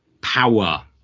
power